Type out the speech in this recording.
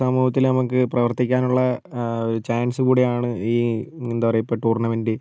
സമൂഹത്തിൽ നമുക്ക് പ്രവർത്തിക്കാനുള്ള ഒരു ചാൻസ് കൂടിയാണ് ഈ എന്താണ് പറയുക ഇപ്പോൾ ടൂർണമെൻറ്റ്